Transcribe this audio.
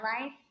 life